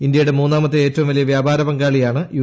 ഇന്ത്യയുടെ മൂന്നാമത്തെ ഏറ്റവും വലിയ വ്യാപാര ഷ്ക്രാളീയാണ് യു